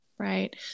Right